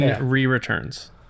re-returns